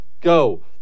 Go